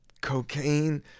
Cocaine